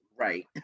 Right